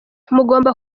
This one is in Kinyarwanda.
mugomba